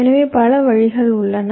எனவே பல வழிகள் உள்ளன